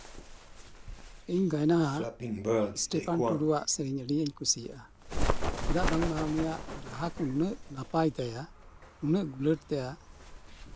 ᱤᱧ ᱜᱟᱭᱱᱟᱦᱟ ᱤᱥᱴᱤᱯᱷᱟᱱ ᱴᱩᱰᱩᱣᱟᱜ ᱥᱮᱨᱮᱧ ᱟᱹᱰᱤ ᱜᱤᱧ ᱠᱩᱥᱤᱭᱟᱜᱼᱟ ᱪᱮᱫᱟᱜ ᱵᱟᱝᱢᱟ ᱩᱱᱤᱭᱟᱜ ᱨᱟᱦᱟ ᱠᱚ ᱱᱩᱱᱟᱹᱜ ᱱᱟᱯᱟᱭ ᱛᱟᱭᱟ ᱩᱱᱟᱹᱜ ᱜᱩᱞᱟᱹᱴ ᱛᱟᱭᱟ